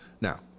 now